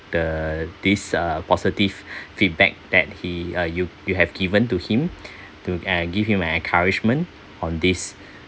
the this uh positive feedback that he uh you you have given to him to uh give him an encouragement on this